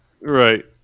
Right